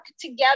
together